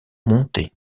montés